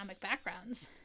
backgrounds